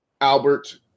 Albert